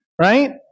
right